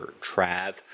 Trav